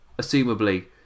assumably